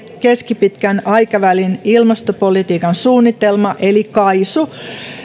keskipitkän aikavälin ilmastopolitiikan suunnitelma eli kaisu